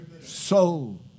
soul